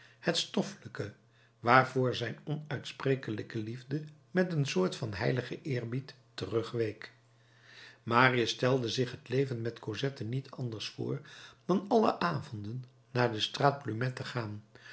het stoffelijke waarvoor zijn onuitsprekelijke liefde met een soort van heiligen eerbied terugweek marius stelde zich het leven met cosette niet anders voor dan alle avonden naar de straat plumet te gaan